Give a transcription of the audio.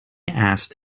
asked